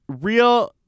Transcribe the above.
real